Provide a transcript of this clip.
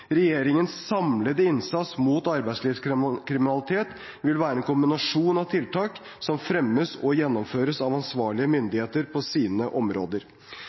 Regjeringens samlede innsats mot arbeidslivskriminalitet vil være en kombinasjon av tiltak, som fremmes og gjennomføres av ansvarlige myndigheter på sine områder.